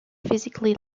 physically